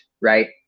Right